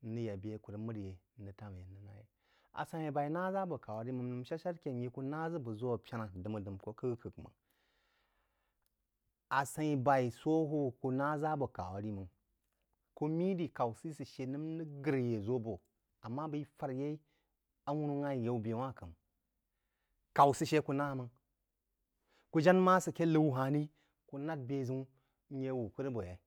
n rəg ya bē a ku rəg m’ər yeí n rəg tām yeí, n rəg ná yeí. A səin-í b’aí naí ʒā abō k’aú rí máng. Ń nəm shád-shár ké n yé kú ná ʒə bəgk ʒō pəná dəmā-dəmā kō k’ək-k’ək máng. A səin-í b’aí sō hūwūb kú ná ʒá abō k’aú rí máng-kú mí-í dirí x’aú səí sə shə nəm r ghr yé ʒō bō ammá beí fúr yeí awunu ngha’í yaú bē wānh k’əm k’aú sə shə kú nā máng, kú ján ma kē noú há-hn rí, kú nág bē-ʒəun n ye wú k’e há-hn rí, kú nág bē-ʒəun nye wū k’r abō yeí.